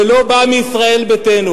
זה לא בא מישראל ביתנו,